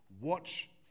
Watch